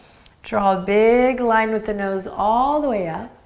draw a big line with the nose all the way up.